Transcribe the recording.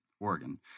Oregon